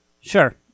Sure